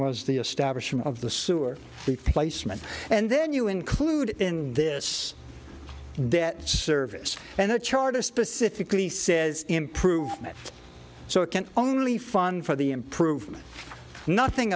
was the establishment of the sewer the placement and then you include in this debt service and the charter specifically says improvement so it can only fun for the improvement nothing